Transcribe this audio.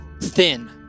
thin